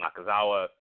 Nakazawa